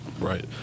Right